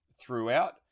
throughout